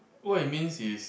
what it means is